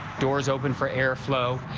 doors open for airflow.